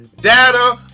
data